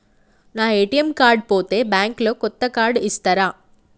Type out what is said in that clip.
నా ATM card పోతే bank లో కొత్త కార్డు ఇస్తరా?